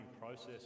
process